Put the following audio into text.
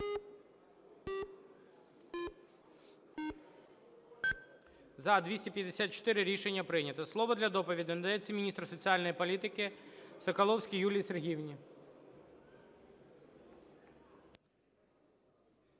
За-254 Рішення прийнято. Слово для доповіді надається міністру соціальної політики Соколовській Юлії Сергіївні.